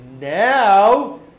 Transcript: now